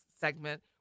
segment